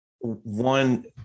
One